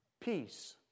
peace